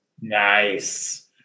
Nice